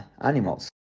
animals